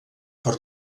per